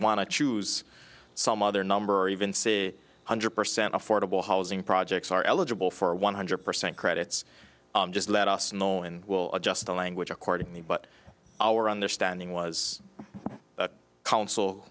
want to choose some other number or even see one hundred percent affordable housing projects are eligible for a one hundred percent credits just let us know and we'll adjust the language accordingly but our understanding was that coun